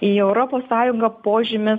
į europos sąjungą požymis